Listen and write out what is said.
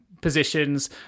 positions